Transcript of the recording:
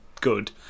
good